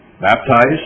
baptized